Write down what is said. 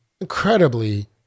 incredibly